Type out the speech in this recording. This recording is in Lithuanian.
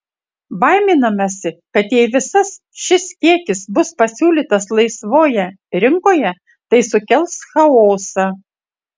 baiminamasi kad jei visas šis kiekis bus pasiūlytas laisvoje rinkoje tai sukels chaosą